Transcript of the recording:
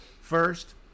First